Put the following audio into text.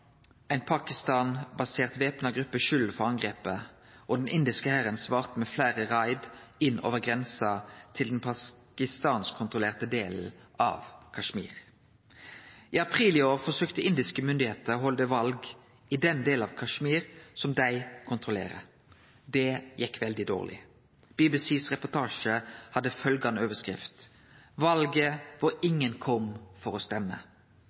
væpna gruppe skylda for angrepet, og den indiske hæren svarte med fleire raid inn over grensa til den pakistansk-kontrollerte delen av Kashmir. I april i år forsøkte indiske myndigheiter å halde val i den delen av Kashmir som dei kontrollerer. Det gjekk veldig dårleg. BBCs reportasje hadde følgjande overskrift: Valet der ingen kom for å stemme.